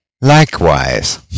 Likewise